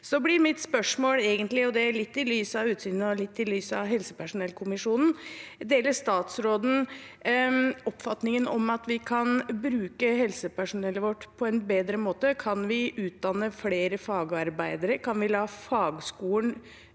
egentlig mitt spørsmål – litt i lys av utsynsmeldingen og litt i lys av helsepersonellkommisjonen: Deler statsråden oppfatningen om at vi kan bruke helsepersonellet vårt på en bedre måte? Kan vi utdanne flere fagarbeidere? Kan vi la fagskolen